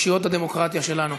מאושיות הדמוקרטיה שלנו.